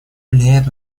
влияет